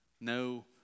no